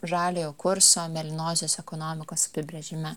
žaliojo kurso mėlynosios ekonomikos apibrėžime